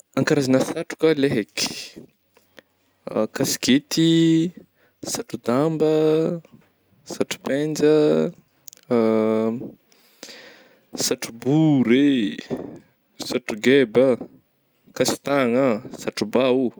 An karazagna satroka le haiky kasikety, satro damba, satro-penja, satro-bôry eh, satro-geba, kastagna, satro-bà ô.